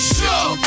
show